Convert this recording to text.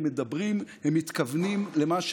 אפילו לא אחת,